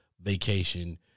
vacation